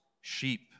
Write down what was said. sheep